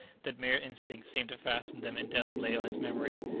that mere instinct seemed to fasten them indelibly on his memory.